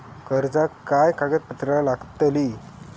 कर्जाक काय कागदपत्र लागतली?